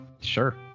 Sure